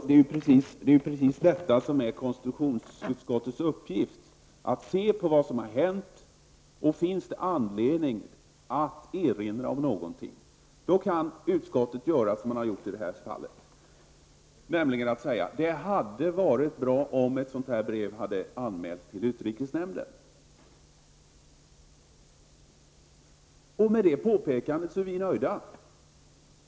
Herr talman! Det är just detta som är konstitutionsutskottets uppgift, att se på vad som har hänt. Finns det anledning att erinra om någonting kan utskottet göra som i detta fall, nämligen uttala: Det hade varit bra om ett sådant här brev hade anmälts till utrikesnämnden. Med detta påpekande är vi nöjda.